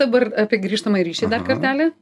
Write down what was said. dabar apie grįžtamąjį ryšį dar kartelį